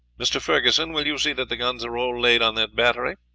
mr. ferguson, will you see that the guns are all laid on that battery?